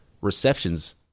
receptions